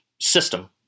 system